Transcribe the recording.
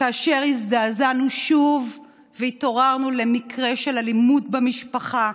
הזדעזענו שוב והתעוררנו למקרה של אלימות במשפחה,